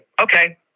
Okay